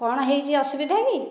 କ'ଣ ହୋଇଛି ଅସୁବିଧା କି